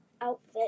Outfit